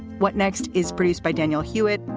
what next is produced by daniel hewitt,